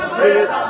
Spirit